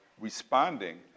responding